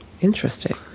Interesting